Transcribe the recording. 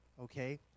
Okay